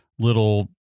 little